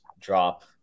drop